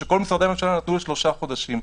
שכל משרדי הממשלה נתנו לשלושה חודשים.